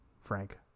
Frank